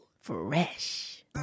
Fresh